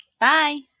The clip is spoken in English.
Bye